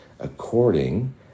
according